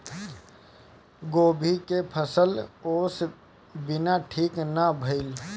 गोभी के फसल ओस बिना ठीक ना भइल